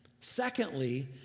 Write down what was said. Secondly